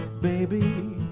baby